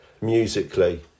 musically